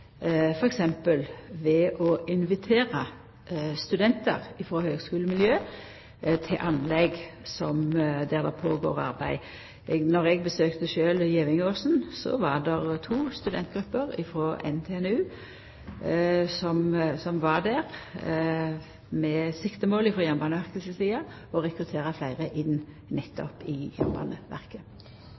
å invitera studentar frå høgskulemiljø til anlegg der det er arbeid. Da eg sjølv besøkte Gjevingåsen, var det to studentgrupper frå NTNU der, med siktemål frå Jernbaneverket si side om å rekruttera fleire inn nettopp i